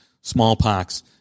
smallpox